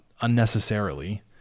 unnecessarily